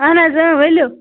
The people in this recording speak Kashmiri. اہن حظ اۭں ؤلِو